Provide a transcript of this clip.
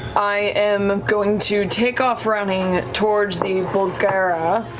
i am going to take off running towards the barlgura.